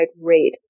rate